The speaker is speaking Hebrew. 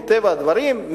מטבע הדברים,